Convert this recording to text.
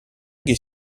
est